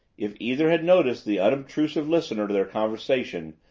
if either had noticed the unobtrusive listener to their conversation,